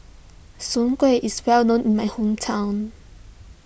Soon Kway is well known in my hometown